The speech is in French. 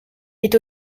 est